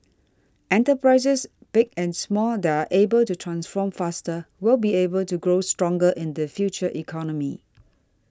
enterprises big and small that are able to transform faster will be able to grow stronger in the future economy